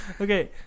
Okay